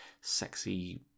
sexy